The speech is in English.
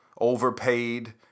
overpaid